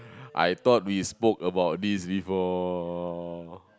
I thought we spoke about this before